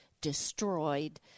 destroyed